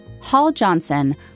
Hall-Johnson